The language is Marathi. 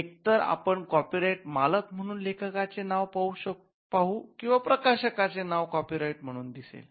एकतर आपण कॉपीराइट मालक म्हणून लेखकाचे नाव पाहू किंवा प्रकाशकाचे नाव कॉपीराइट मालक म्हणून दिसते